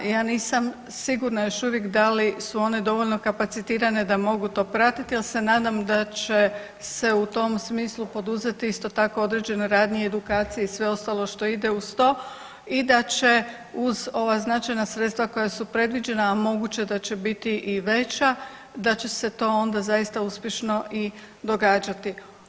Ja nisam sigurna još uvijek da li su one dovoljno kapacitirane da mogu to pratiti, ali se nadam da će se u tom smislu poduzeti isto tako određene radnje i edukacije i sve ostalo što ide uz to i da će uz ova značajna sredstva koja su predviđena, a moguće da će biti i veća, da će se to onda zaista uspješno i događati.